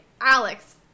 Alex